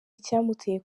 icyamuteye